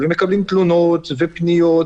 מקבלים תלונות ופניות,